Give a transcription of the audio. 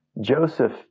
Joseph